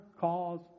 cause